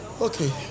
Okay